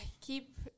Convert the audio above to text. keep